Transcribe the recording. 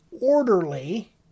orderly